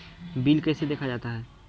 Bill कैसे देखा जाता हैं?